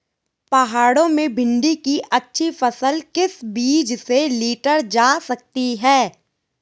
पहाड़ों में भिन्डी की अच्छी फसल किस बीज से लीटर जा सकती है?